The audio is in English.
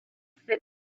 sit